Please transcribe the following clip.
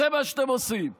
זה מה שאתם עושים עכשיו.